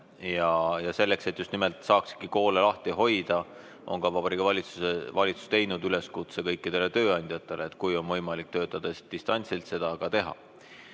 ja selleks, et just nimelt saakski koole lahti hoida, on Vabariigi Valitsus teinud üleskutse kõikidele tööandjatele, et kui on võimalik töötada distantsilt, siis seda ka teha.